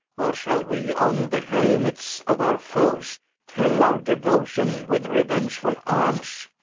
or shall we on the helmets of our foes tell our deuotion with reuengefull armes?